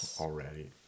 already